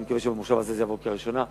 אני מקווה שבמושב הזה זה יעבור קריאה ראשונה.